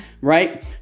right